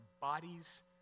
bodies